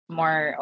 more